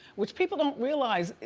which people don't realize,